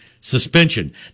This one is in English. suspension